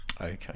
Okay